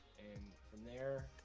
and from there,